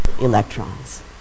electrons